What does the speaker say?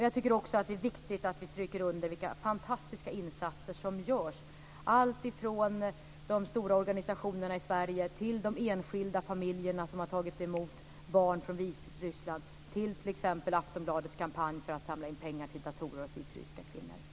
Jag tycker också att det är viktigt att vi stryker under vilka fantastiska insatser som görs alltifrån de stora svenska organisationernas sida och från enskilda familjer som har tagit emot barn från Vitryssland och t.ex. till Aftonbladets kampanj för att samla in pengar till datorer åt vitryska kvinnor.